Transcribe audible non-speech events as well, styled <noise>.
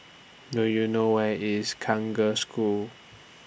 Do YOU know Where IS <unintelligible> Girls' School